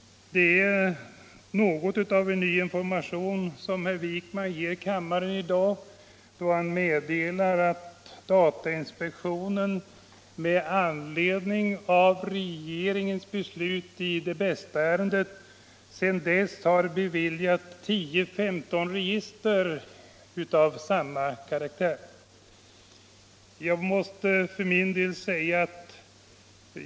Det är till viss del ny information som herr Wijkman ger kammaren I dag. då han meddelar att datainspektionen med anledning av regeringens beslut i Det Bästa-ärendet har beviljat tillstånd till 10-15 register av samma karaktär sedan det beslutet fattades.